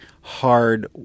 hard